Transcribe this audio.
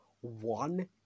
one